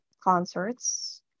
concerts